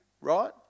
right